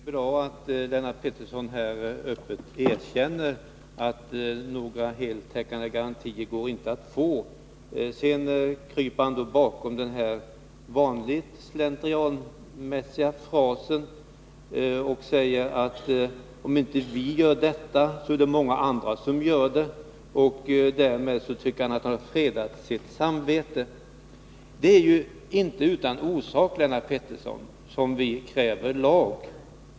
Fru talman! Det är bra att Lennart Pettersson öppet erkänner att det inte går att få några heltäckande garantier. Lennart Pettersson kryper bakom den vanliga, slentrianmässiga frasen, att om inte vi gör detta, så är det många andra som gör det. Därmed tycker han att han har fredat sitt samvete. Men det är juinte utan orsak som vi kräver en lag mot sådan här export, Lennart Pettersson.